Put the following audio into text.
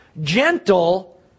gentle